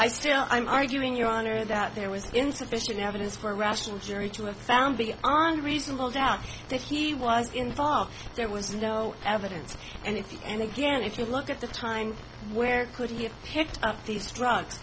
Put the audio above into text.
still am arguing your honor that there was insufficient evidence for a rational jury to have found beyond reasonable doubt that he was involved there was no evidence and if you and again if you look at the time where could he have picked up these drugs